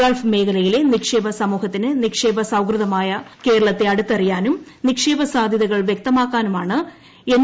Gulf മേഖലയിലെ നിക്ഷേപക സമൂഹത്തിന് നിക്ഷേപസൌഹൃദമായ കേരളത്തെ അടുത്തറിയാനും നിക്ഷേപസാധ്യതകൾ വ്യക്തമാക്കാനുമാണ് എൻ